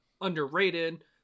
underrated